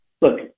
look